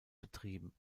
betrieben